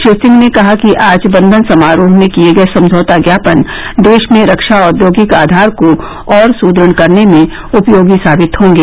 श्री सिंह ने कहा कि आज बंधन समारोह में किए गए समझौता ज्ञापन देश में रक्षा औद्योगिक आधार को और सुदृढ़ करने में उपयोगी साबित होंगे